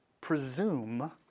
presume